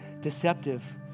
deceptive